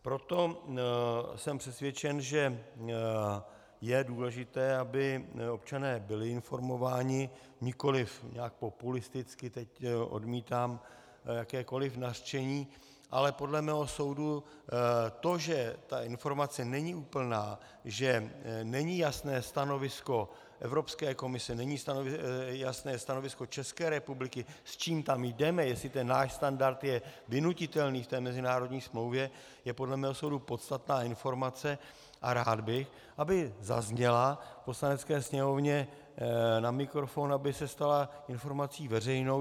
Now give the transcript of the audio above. Proto jsem přesvědčen, že je důležité, aby občané byli informováni, nikoliv nějak populisticky, teď odmítám jakékoli nařčení, ale podle mého soudu to, že ta informace není úplná, že není jasné stanovisko Evropské komise, není jasné stanovisko České republiky, s čím tam jdeme, jestli ten náš standard je vynutitelný v té mezinárodní smlouvě, je podle mého soudu podstatná informace a rád bych, aby zazněla v Poslanecké sněmovně na mikrofon, aby se stala informací veřejnou.